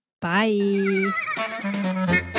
bye